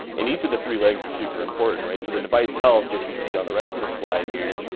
and each of the three legs are super important, right? so the device health which we see on the rest of the slide here.